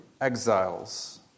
exiles